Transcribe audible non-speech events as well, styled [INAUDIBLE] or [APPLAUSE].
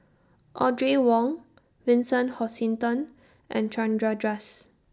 Audrey Wong Vincent Hoisington and Chandra [UNINTELLIGIBLE]